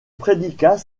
prédicat